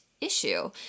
Issue